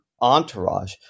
entourage